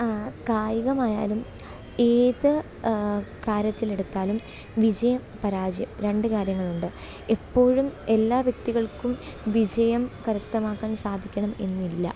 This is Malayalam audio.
കായികമായാലും ഏത് കാര്യത്തിലെടുത്താലും വിജയം പരാജയം രണ്ട് കാര്യങ്ങളുണ്ട് എപ്പോഴും എല്ലാ വ്യക്തികള്ക്കും വിജയം കരസ്ഥമാക്കാന് സാധിക്കണം എന്നില്ല